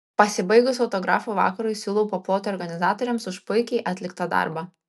pasibaigus autografų vakarui siūlau paploti organizatoriams už puikiai atliktą darbą